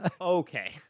Okay